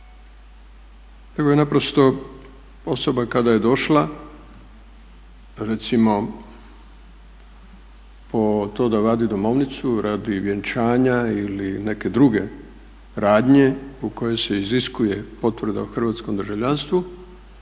nego je naprosto osoba kada je došla recimo po to da vidi domovnicu radi vjenčanja ili neke druge radnje u kojoj se iziskuje potvrda o hrvatskom državljanstvu